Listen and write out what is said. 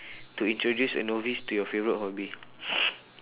to introduce a novice to your favourite hobby